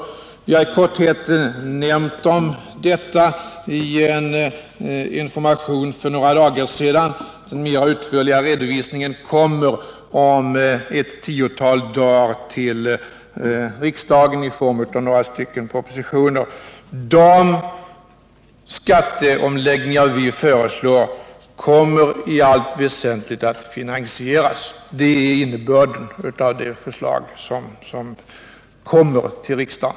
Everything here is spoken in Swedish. Vi har i korthet nämnt om detta i en information för några dagar sedan. Den mera utförliga redovisningen kommer om ett tiotal dagar till riksdagen i form av några propositioner. De skatteomläggningar som vi föreslår kommer i allt väsentligt att finansieras. Det är innebörden i de förslag som kommer till riksdagen.